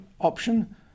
option